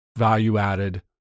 value-added